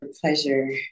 pleasure